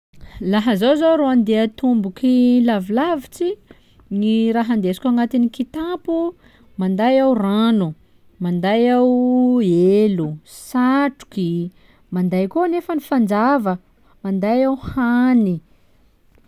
Laha zaho zô ro handeha an-tomboky lavy lavitsy, ny raha handesiko agnatiny kitapo: manday aho rano, manday aho elo, satroky, manday koa nefany fanjava, manday aho hany.